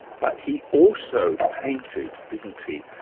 but he also painted, didn't he,